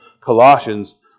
Colossians